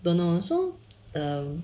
don't know so the